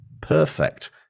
perfect